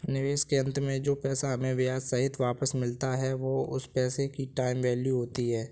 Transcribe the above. निवेश के अंत में जो पैसा हमें ब्याह सहित वापस मिलता है वो उस पैसे की टाइम वैल्यू होती है